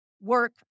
work